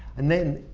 and then,